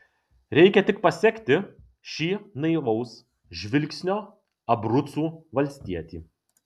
reikia tik pasekti šį naivaus žvilgsnio abrucų valstietį